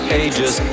ages